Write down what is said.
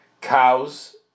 cows